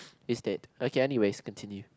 is that okay anyways continue